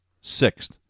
Sixth